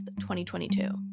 2022